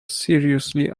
seriously